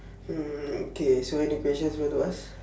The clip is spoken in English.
mm okay so any questions you want to ask